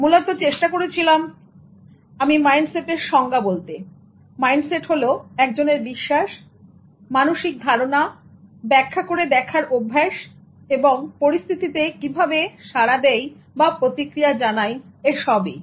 মূলত চেষ্টা করেছিলাম আমি মাইন্ডসেটের সংজ্ঞা বলতে মাইন্ডসেট হল একজনের বিশ্বাস মানসিক ধারণা ব্যাখ্যা করে দেখার অভ্যাস এবং পরিস্থিতিতে কীভাবে আমরা সাড়া দেই বা প্রতিক্রিয়া জানাই এসবই